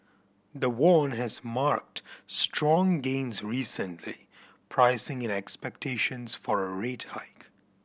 the Won has marked strong gains recently pricing in expectations for a rate hike